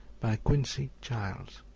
quincy giles